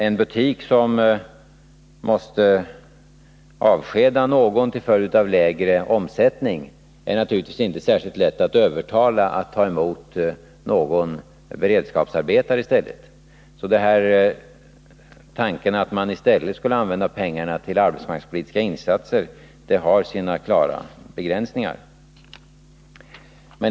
En butik som måste avskeda någon till följd av lägre omsättning är naturligtvis inte särskilt lätt att övertala att ta emot någon beredskapsarbetare i stället. Tanken att man i stället skulle använda pengarna till arbetsmarknadspolitiska insatser har sina klara begränsningar.